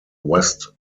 west